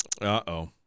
uh-oh